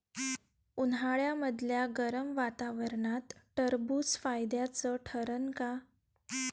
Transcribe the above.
उन्हाळ्यामदल्या गरम वातावरनात टरबुज फायद्याचं ठरन का?